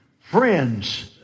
friends